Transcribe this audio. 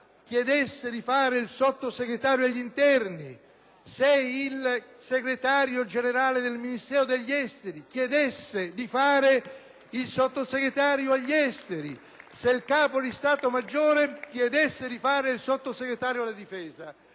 chiedesse di fare il Sottosegretario all'interno, se il Segretario generale del Ministero degli affari esteri chiedesse di fare il Sottosegretario agli esteri o se il capo di stato maggiore chiedesse di fare il Sottosegretario alla difesa.